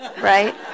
right